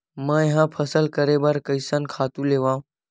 मैं ह फसल करे बर कइसन खातु लेवां?